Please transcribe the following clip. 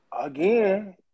Again